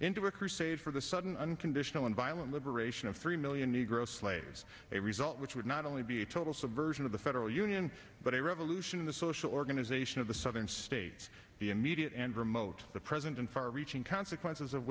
a crusade for the sudden unconditional and violent liberation of three million negro slaves a result which would not only be a total subversion of the federal union but a revolution of the social organization of the southern states the immediate and promotes the present and far reaching consequences of